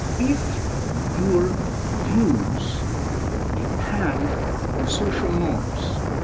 if your views depend on social norms,